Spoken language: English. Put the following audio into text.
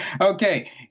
Okay